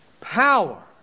power